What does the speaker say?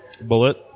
Bullet